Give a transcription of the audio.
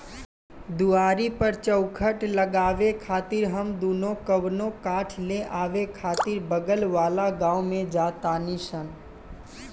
दुआरी पर चउखट लगावे खातिर हम दुनो कवनो काठ ले आवे खातिर बगल वाला गाँव में जा तानी सन